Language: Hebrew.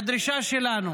הדרישה שלנו